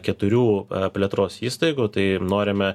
keturių plėtros įstaigų tai norime